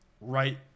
right